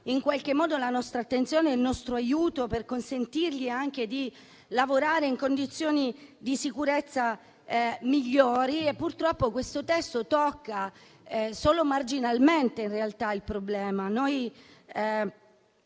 accorata, la nostra attenzione e il nostro aiuto per consentire loro di lavorare in condizioni di sicurezza migliori. Purtroppo questo testo tocca solo marginalmente il problema.